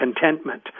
contentment